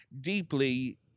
deeply